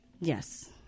Yes